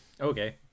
Okay